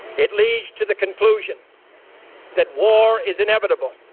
it leads to the conclusion that war is inevitable,